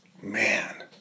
Man